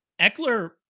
Eckler